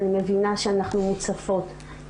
אני מבינה שאנחנו מוצפות בנושאים.